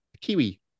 Kiwi